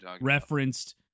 referenced